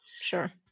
Sure